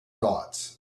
dots